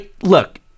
Look